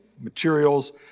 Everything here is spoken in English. materials